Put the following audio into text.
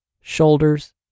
shoulders